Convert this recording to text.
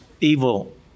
evil